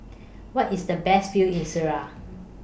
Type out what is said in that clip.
Where IS The Best View in Syria